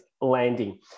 landing